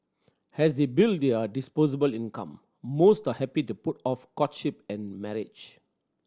as they build their disposable income most are happy to put off courtship and marriage